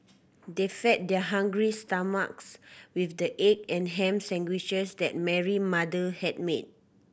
they fed their hungry stomachs with the egg and ham sandwiches that Mary mother had made